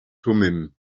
thummim